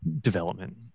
development